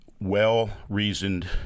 well-reasoned